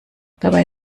dabei